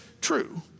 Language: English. true